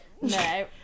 No